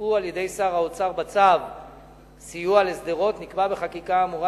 שהוספו על-ידי שר האוצר בצו סיוע לשדרות נקבע בחקיקה האמורה